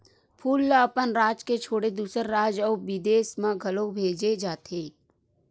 फूल ल अपन राज के छोड़े दूसर राज अउ बिदेस म घलो भेजे जाथे